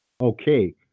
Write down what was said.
Okay